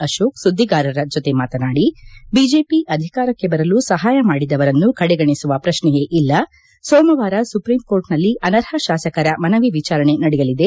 ಅಶೋಕ್ ಸುದ್ದಿಗಾರರ ಜೊತೆ ಮಾತನಾಡಿ ಬಿಜೆಪಿ ಅಧಿಕಾರಕ್ಕೆ ಬರಲು ಸಹಾಯ ಮಾಡಿದವರನ್ನು ಕಡೆಗಣಿಸುವ ಪ್ರಶ್ನೆಯೇ ಇಲ್ಲ ಸೋಮವಾರ ಸುಪ್ರೀಂಕೋರ್ಟ್ನಲ್ಲಿ ಅನರ್ಹ ಶಾಸಕರ ಮನವಿ ವಿಚಾರಣೆ ನಡೆಯಲಿದೆ